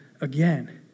again